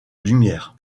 lumière